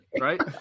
Right